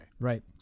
Right